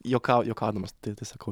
juokau juokaudamas tai tai sakau